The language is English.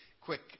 quick